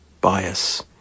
bias